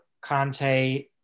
Conte